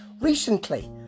recently